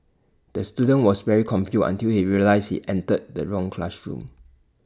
the student was very confused until he realised entered the wrong classroom